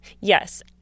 Yes